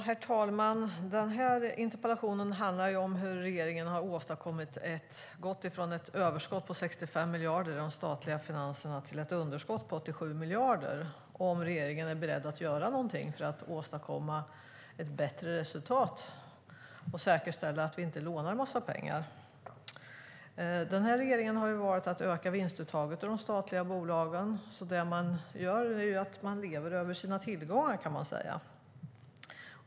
Herr talman! Interpellationen handlar om hur regeringen har gått från ett överskott på 65 miljarder i de statliga finanserna till ett underskott på 87 miljarder samt om regeringen är beredd att göra någonting för att åstadkomma ett bättre resultat och säkerställa att vi inte lånar en massa pengar. Regeringen har valt att öka vinstuttaget i de statliga bolagen. Det den gör är alltså att leva över sina tillgångar, kan man säga.